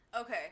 Okay